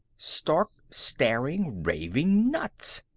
stark, staring, raving nuts.